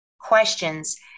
questions